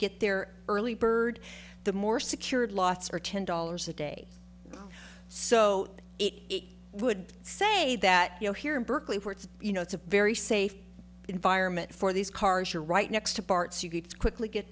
get there early bird the more secured lots are ten dollars a day so it would say that you know here in berkeley where it's you know it's a very safe environment for these cars you're right next to parts you can quickly get